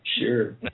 Sure